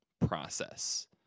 process